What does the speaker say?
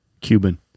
Cuban